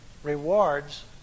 Rewards